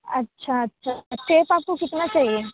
اچھا اچھا ٹیپ آپ کو کتنا چاہیے